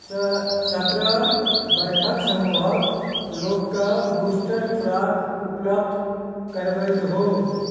सँ सत्रह वर्षक समूहक लोकके बूस्टर खोराक उपलब्ध करबैत हो